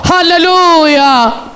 Hallelujah